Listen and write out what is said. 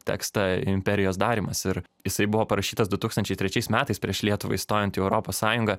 tekstą imperijos darymas ir jisai buvo parašytas du tūkstančiai trečiais metais prieš lietuvai įstojant į europos sąjungą